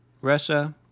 Russia